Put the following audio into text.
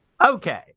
Okay